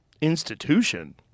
institution